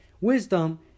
Wisdom